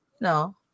No